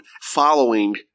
following